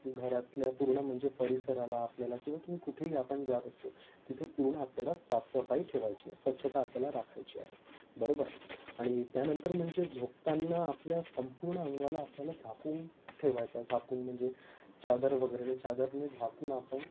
घरातल्या पूर्ण म्हणजे परिसराला आपल्याला किंवा तुम्ही कुठेही आपण जात असतो तिथे पूर्ण आपल्याला साफसफाई ठेवायची आहे स्वच्छता आपल्याला राखायची आहे बरोबर आणि त्यानंतर म्हणजे झोपताना आपल्या संपूर्ण अंगाला आपल्याला झाकून ठेवायचं आहे झाकून म्हणजे चादर वगैरेने चादरने झाकून आपण